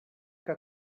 que